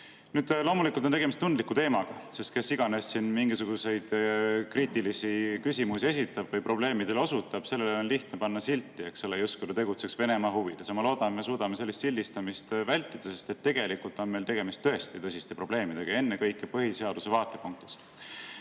Loomulikult on tegemist tundliku teemaga, sest kes iganes siin mingisuguseid kriitilisi küsimusi esitab või probleemidele osutab, sellele on lihtne panna [külge] silti, justkui ta tegutseks Venemaa huvides. Ma loodan, et me suudame sellist sildistamist vältida, sest tegelikult on meil tegemist tõesti tõsiste probleemidega ja ennekõike põhiseaduse vaatepunktist.